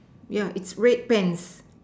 yeah it's red pants